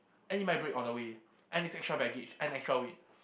and it might break on the way and it's extra baggage and extra weight